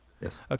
Yes